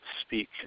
speak